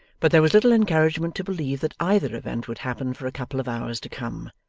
but there was little encouragement to believe that either event would happen for a couple of hours to come.